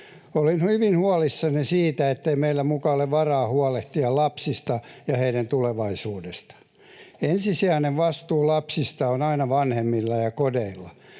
Olen hyvin huolissani siitä, ettei meillä muka ole varaa huolehtia lapsista ja heidän tulevaisuudestaan. Ensisijainen vastuu lapsista on aina vanhemmilla ja kodeilla,